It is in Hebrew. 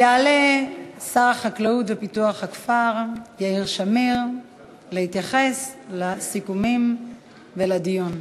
יעלה שר החקלאות ופיתוח הכפר יאיר שמיר להתייחס לסיכומים ולדיון.